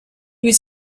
was